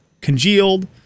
congealed